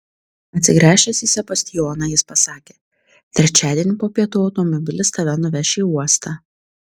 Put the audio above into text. atsigręžęs į sebastijoną jis pasakė trečiadienį po pietų automobilis tave nuveš į uostą